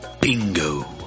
Bingo